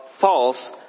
false